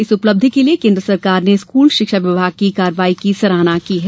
इस उपलब्धि के लिये केन्द्र सरकार ने स्कूल शिक्षा विभाग की कार्यवाही की सराहना की है